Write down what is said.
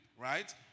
right